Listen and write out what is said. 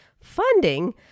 funding